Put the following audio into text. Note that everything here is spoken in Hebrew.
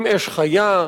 עם אש חיה,